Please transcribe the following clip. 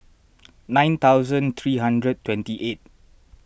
nine hundred three hundred twenty eight